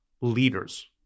leaders